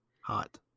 hot